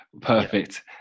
perfect